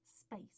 space